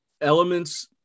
elements